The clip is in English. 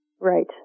Right